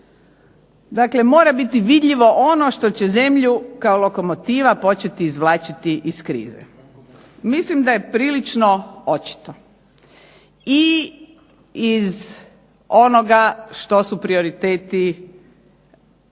Dakle, mora biti vidljivo ono što će zemlju kao lokomotiva početi izvlačiti iz krize. Mislim da je prilično očito i iz onoga što su prioriteti